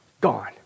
gone